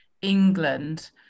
England